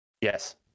Yes